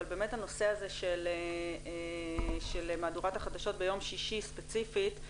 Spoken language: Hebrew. אבל באמת הנושא הזה של מהדורת החדשות ביום שישי ספציפית,